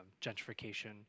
gentrification